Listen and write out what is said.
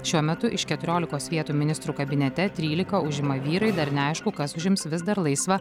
šiuo metu iš keturiolikos vietų ministrų kabinete trylika užima vyrai dar neaišku kas užims vis dar laisvą